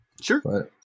Sure